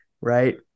Right